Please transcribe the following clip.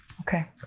Okay